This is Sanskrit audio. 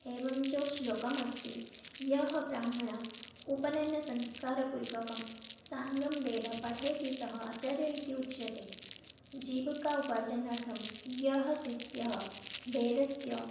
एवं च श्लोकः अस्ति यः ब्राह्मणः उपनयनसंस्कारपूर्वकं साङ्गं वेदं पाठयति सः आचार्यः इति उच्यते जीविकौपार्जनार्थं यः शिष्यः वेदस्य